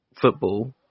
football